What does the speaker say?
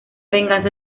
venganza